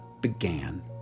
began